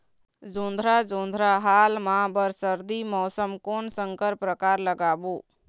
जोंधरा जोन्धरा हाल मा बर सर्दी मौसम कोन संकर परकार लगाबो?